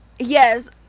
Yes